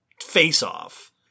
face-off